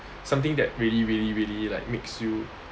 something that really really really like makes you